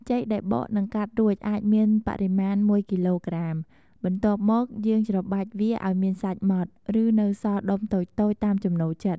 ចេកដែលបក និងកាត់រួចអាចមានបរិមាណ១គីឡូក្រាមក្រាម បន្ទាប់មកយើងច្របាច់វាឱ្យមានសាច់ម៉ដ្ឋ ឬនៅសល់ដុំតូចៗតាមចំណូលចិត្ត។